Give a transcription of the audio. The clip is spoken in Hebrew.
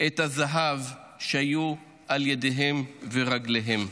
את הזהב שהיה על ידיהם ורגליהם.